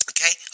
Okay